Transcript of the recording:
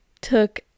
took